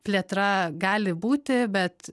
plėtra gali būti bet